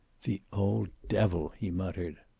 the old devil! he muttered.